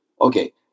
Okay